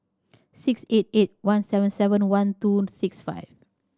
six eight eight one seven seven one two six five